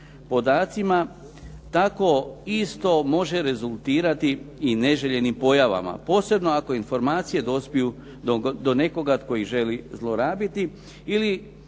podacima, tako isto može rezultirati i neželjenim pojavama posebno ako informacije dospiju do nekoga tko ih želi zlorabiti ili